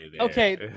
okay